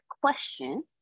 question